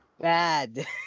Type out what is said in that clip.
bad